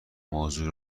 موضوع